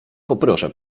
poproszę